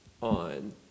on –